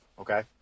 Okay